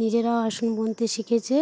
নিজেরা আসন বুনতে শিখেছে